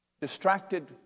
distracted